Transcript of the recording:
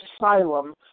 asylum